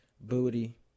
booty